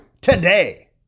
today